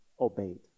obeyed